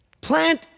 Plant